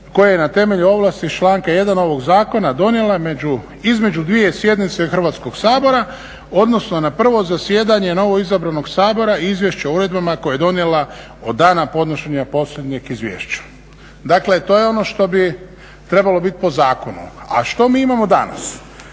koje je na temelju ovlasti iz članka 1. ovog zakona donijela između dvije sjednice Hrvatskog sabora, odnosno na prvo zasjedanje novoizabranog Sabora i izvješće o uredbama koje je donijela od dana podnošenja posljednjeg izvješća. Dakle to je ono što bi trebalo biti po zakonu. A što mi imamo danas?